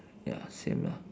ya same lah